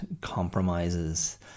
compromises